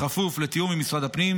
בכפוף לתיאום עם משרד הפנים,